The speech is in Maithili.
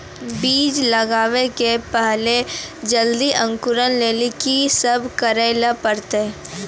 बीज लगावे के पहिले जल्दी अंकुरण लेली की सब करे ले परतै?